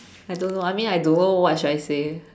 I don't know I mean I don't know what should I say